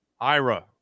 Ira